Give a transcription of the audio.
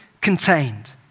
contained